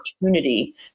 opportunity